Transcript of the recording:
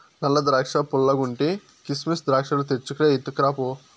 నల్ల ద్రాక్షా పుల్లగుంటే, కిసిమెస్ ద్రాక్షాలు తెచ్చుకు రా, ఎత్తుకురా పో